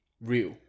real